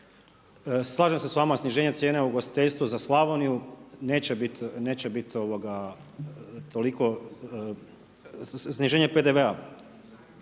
Slažem se s vama sniženje cijena ugostiteljstvu za Slavoniju, neće biti toliko sniženje PDV-a,